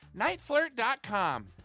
nightflirt.com